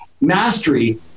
mastery